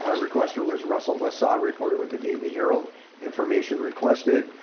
um requester was russell lissau reported with the daily herald information requested,